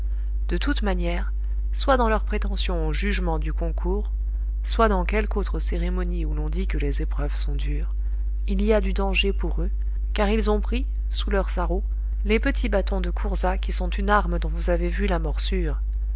de toutes manières soit dans leur prétention au jugement du concours soit dans quelque autre cérémonie où l'on dit que les épreuves sont dures il y a du danger pour eux car ils ont pris sous leurs sarraux les petits bâtons de courza qui sont une arme dont vous avez vu la morsure